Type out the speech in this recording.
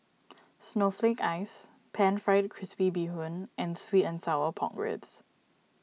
Snowflake Ice Pan Fried Crispy Bee Hoon and Sweet and Sour Pork Ribs